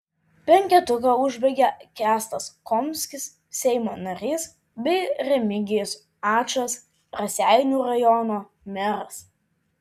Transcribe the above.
penketuką užbaigia kęstas komskis seimo narys bei remigijus ačas raseinių rajono meras